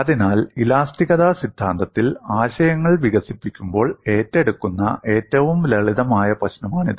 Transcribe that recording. അതിനാൽ ഇലാസ്തികത സിദ്ധാന്തത്തിൽ ആശയങ്ങൾ വികസിപ്പിക്കുമ്പോൾ ഏറ്റെടുക്കുന്ന ഏറ്റവും ലളിതമായ പ്രശ്നമാണിത്